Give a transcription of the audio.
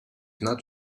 not